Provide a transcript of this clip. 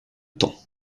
temps